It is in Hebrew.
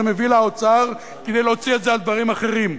מביא לאוצר כדי להוציא בזה על דברים אחרים.